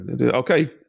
Okay